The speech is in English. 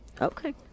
okay